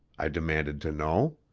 i demanded to know.